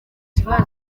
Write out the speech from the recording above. kibazo